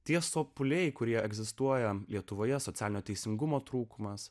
tie sopuliai kurie egzistuoja lietuvoje socialinio teisingumo trūkumas